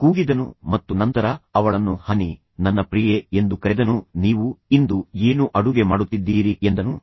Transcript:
ಕೂಗಿದನು ಮತ್ತು ನಂತರ ಅವಳನ್ನು ಹನಿ ನನ್ನ ಪ್ರಿಯೆ ಎಂದು ಕರೆದನು ನೀವು ಇಂದು ಏನು ಅಡುಗೆ ಮಾಡುತ್ತಿದ್ದೀರಿ ಎಂದನು